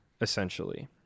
essentially